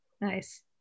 Nice